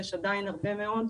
יש עדיין הרבה מאוד.